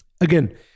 again